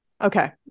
Okay